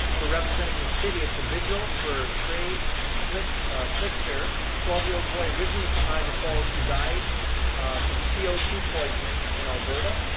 for representing the city at the vigil for trai schlichter, twelve year old boy originally from niagara falls who died from c o two poisoning in alberta.